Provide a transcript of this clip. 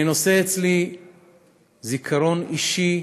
אני נושא אצלי זיכרון אישי.